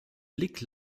augenblick